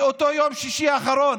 באותו יום שישי האחרון,